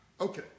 Okay